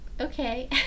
okay